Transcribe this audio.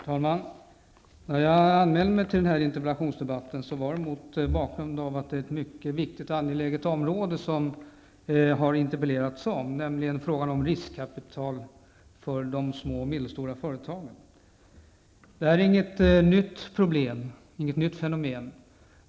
Herr talman! Jag anmälde mig till denna interpellationsdebatt mot bakgrund av att frågan om riskkapital för de små och medelstora företagen är ett mycket angeläget område. Fenomenet är inte nytt.